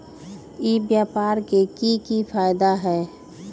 ई व्यापार के की की फायदा है?